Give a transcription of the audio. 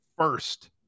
first